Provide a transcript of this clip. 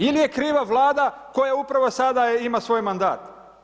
Ili je kriva Vlada koja upravo sada ima svoj mandat?